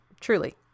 truly